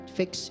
fix